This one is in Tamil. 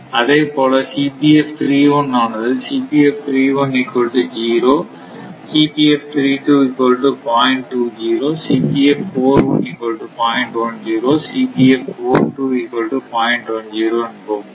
அதே போல ஆனது என்போம்